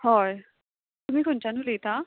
हय तुमी खंयच्यान उलयता